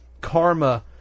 karma